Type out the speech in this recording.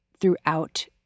throughout